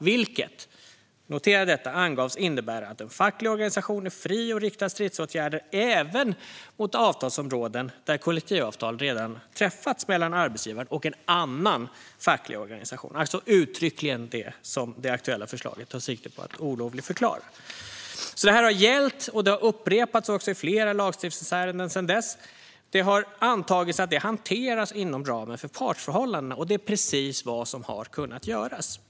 Vilket - notera detta - angavs innebära att en facklig organisation är fri att rikta stridsåtgärder även mot avtalsområden där kollektivavtal redan träffats mellan arbetsgivaren och en annan facklig organisation, alltså uttryckligen det som det aktuella förslaget tar sikte på att olovligförklara. Detta har alltså gällt, och det har upprepats i flera lagstiftningsärenden sedan dess. Det har antagits att det hanteras inom ramen för partsförhållandena, och det är precis vad som har kunnat göras.